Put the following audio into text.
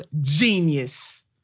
genius